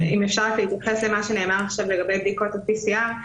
אם אפשר להתייחס למה שנאמר עכשיו לגבי בדיקות ה-PCR.